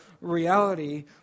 reality